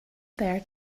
there